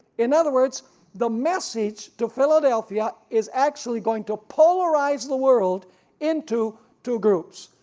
in other words the message to philadelphia is actually going to polarize the world into two groups,